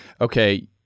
okay